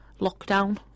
lockdown